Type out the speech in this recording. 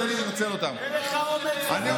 אין לך אומץ לבוא ולהגיד: טעיתי.